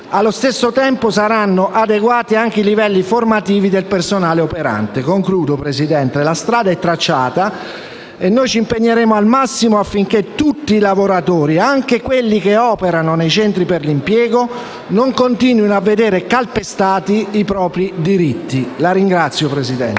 Allo stesso tempo saranno adeguati anche i livelli formativi del personale operante. Concludo, Presidente: la strada è tracciata e noi ci impegneremo al massimo affinché tutti lavoratori, anche quelli che operano nei centri per l'impiego, non continuino a vedere calpestati i propri diritti. *(Applausi